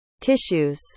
tissues